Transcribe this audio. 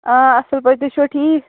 آ اَصٕل پٲٹھۍ تُہۍ چھِوا ٹھیٖک